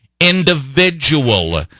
individual